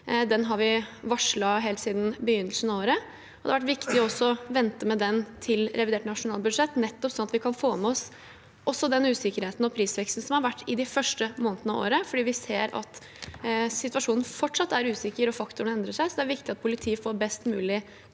Den har vi varslet helt siden begynnelsen av året. Det har vært viktig å vente med den til revidert nasjonalbudsjett, nettopp slik at vi også kan få med oss den usikkerheten og prisveksten som har vært i de første månedene av året, fordi vi ser at situasjonen fortsatt er usikker og faktorene endrer seg. Så det er viktig at politiet får best